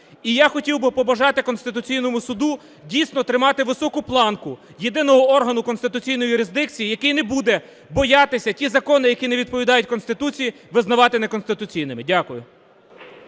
І я хотів би побажати Конституційному Суду, дійсно, тримати високу планку єдиного органу конституційної юрисдикції, який не буде боятися ті закони, які не відповідають Конституції, визнавати неконституційними. Дякую.